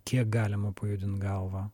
kiek galima pajudint galvą